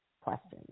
questions